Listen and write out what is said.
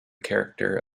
character